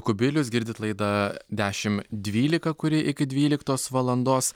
kubilius girdit laidą dešim dvylika kuri iki dvyliktos valandos